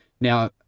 Now